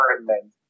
environment